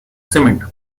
cement